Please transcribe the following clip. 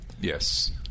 yes